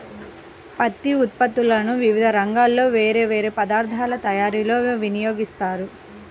పత్తి ఉత్పత్తులను వివిధ రంగాల్లో వేర్వేరు పదార్ధాల తయారీలో వినియోగిస్తారు